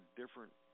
different